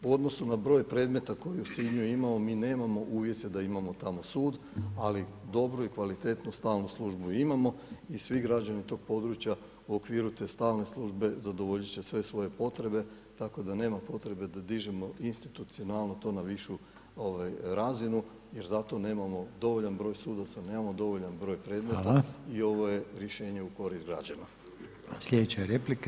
U odnosu na broj predmeta koje u Sinju imamo, mi nemamo uvjete da imamo tamo sud, ali dobru i kvalitetnu stalnu službu imamo i svi građani tog područja u okviru te stalne službe zadovoljit će sve svoje potrebe, tako da nema potrebe da dižemo to institucionalno to na višu razinu jer za to nemamo dovoljan broj sudaca, nemamo dovoljan broj predmeta i ovo je rješenje u korist građana.